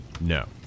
No